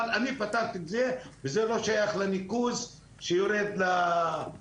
אבל אני פתרתי את זה וזה לא שייך לניקוז שיורד לוואדי,